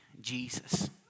Jesus